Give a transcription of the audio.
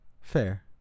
Fair